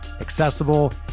accessible